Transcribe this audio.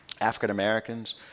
African-Americans